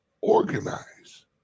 organize